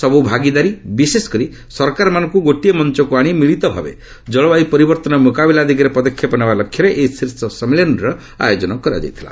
ସବୁ ଭାଗିଦାରୀ ବିଶେଷ କରି ସରକାରମାନଙ୍କୁ ଗୋଟିଏ ମଞ୍ଚକୁ ଆଣି ମିଳିତ ଭାବେ ଜଳବାୟୁ ପରିବର୍ତ୍ତନର ମୁକାବିଲା ଦିଗରେ ପଦକ୍ଷେପ ନେବା ଲକ୍ଷ୍ୟରେ ଏହି ଶୀର୍ଷ ସମ୍ମିଳନୀର ଆୟୋଜନ କରାଯାଇଥିଲା